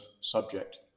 subject